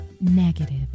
negative